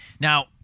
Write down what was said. Now